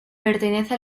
pertenece